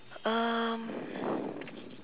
um